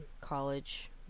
college